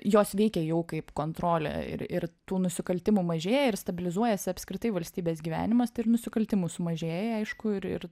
jos veikia jau kaip kontrolė ir ir tų nusikaltimų mažėja ir stabilizuojasi apskritai valstybės gyvenimas tai ir nusikaltimų sumažėja aišku ir ir